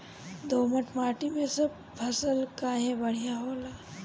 दोमट माटी मै सब फसल काहे बढ़िया होला?